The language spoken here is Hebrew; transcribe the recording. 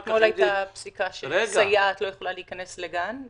אתמול הייתה פסיקה שאומרת שסייעת שלא חוסנה לא יכולה להיכנס לגן.